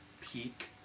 peak